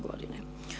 Godine.